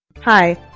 Hi